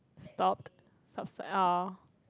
stock oh